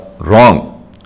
wrong